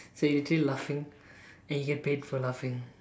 so you still laughing and you get paid for laughing